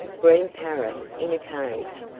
green parrot in a cage.